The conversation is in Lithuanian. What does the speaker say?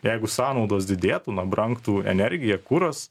jeigu sąnaudos didėtų na brangtų energija kuras